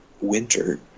winter